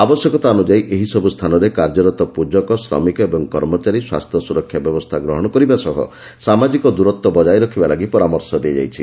ଆବଶ୍ୟକତା ଅନୁଯାୟୀ ଏହିସବୁ ସ୍ଥାନରେ କାର୍ଯ୍ୟରତ ପୂଜକ ଶ୍ରମିକ ଏବଂ କର୍ମଚାରୀ ସ୍ୱାସ୍ଥ୍ୟ ସୁରକ୍ଷା ବ୍ୟବସ୍ଥା ଗ୍ରହଶ କରିବା ସହ ସାମାଜିକ ଦୂରତ୍ ବଜାୟ ରଖିବା ଲାଗି ପରାମର୍ଶ ଦିଆଯାଇଛି